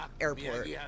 airport